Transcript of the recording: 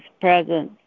presence